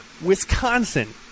Wisconsin